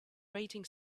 rating